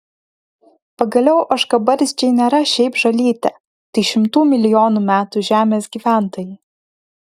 pagaliau ožkabarzdžiai nėra šiaip žolytė tai šimtų milijonų metų žemės gyventojai